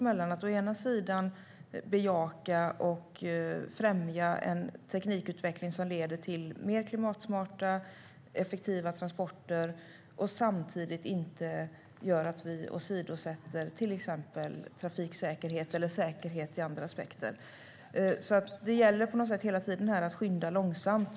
Å ena sidan måste vi bejaka och främja en teknikutveckling som leder till mer klimatsmarta och effektiva transporter. Å andra sidan får vi inte åsidosätta till exempel trafiksäkerhet eller säkerhet ur andra aspekter. Det gäller på något sätt att hela tiden skynda långsamt.